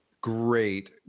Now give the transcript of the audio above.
Great